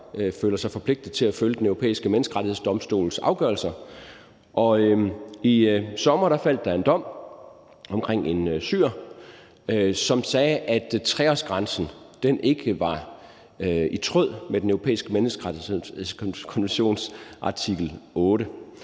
føler sig forpligtet til at følge Den Europæiske Menneskerettighedsdomstols afgørelser. I sommer faldt der en dom i forhold til en syrer, som sagde, at 3-årsreglen ikke var i tråd med Den Europæiske Menneskerettighedskonventions artikel 8.